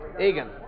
Egan